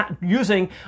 using